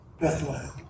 Bethlehem